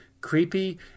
creepy